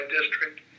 district